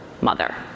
mother